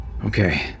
Okay